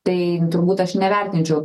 tai turbūt aš nevertinčiau